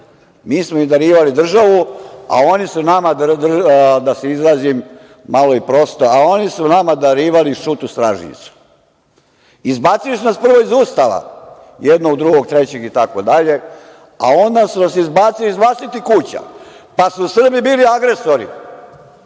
mi smo im darivali državu, a oni su nama, da se izrazim malo prosto, darivali šut u stražnjicu. Izbacili su nas prvo iz Ustava, jednog, drugog, trećeg itd, a onda su nas izbacili iz vlastitih kuća, pa su Srbi bili agresori